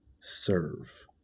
serve